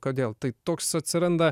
kodėl tai toks atsiranda